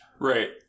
Right